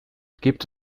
gibt